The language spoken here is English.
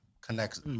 connects